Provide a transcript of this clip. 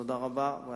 תודה רבה ובהצלחה.